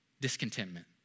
Discontentment